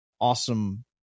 awesome